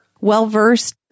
well-versed